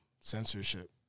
censorship